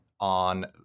On